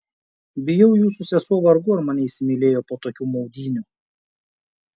bijau jūsų sesuo vargu ar mane įsimylėjo po tokių maudynių